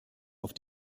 auf